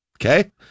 Okay